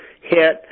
hit